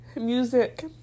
music